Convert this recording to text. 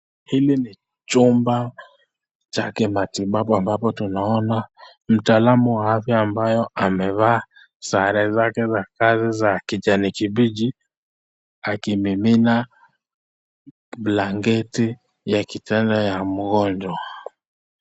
Hili ni chumba chake matibabu ambapo tunaona mtaalamu wa afya ambayo amevaa sare zake za kazi za kijani kibichi, akimimina blanketi ya kitanda ya mgonjwa.